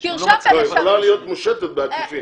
יכולה להיות מושתת בעקיפין.